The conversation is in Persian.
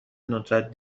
ندرت